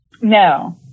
No